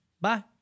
Bye